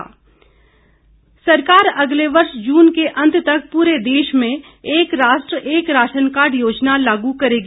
योजना सरकार अगले वर्ष जून के अंत तक पूरे देश में एक राष्ट्र एक राशन कार्ड योजना लागू करेगी